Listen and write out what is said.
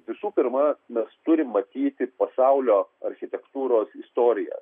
visų pirma mes turim matyti pasaulio architektūros istoriją